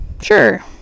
Sure